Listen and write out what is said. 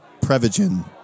Prevagen